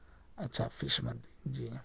اچھا فش مندی جی